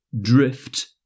drift